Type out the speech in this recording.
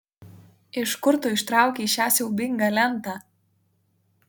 iš kur tu ištraukei šią siaubingą lentą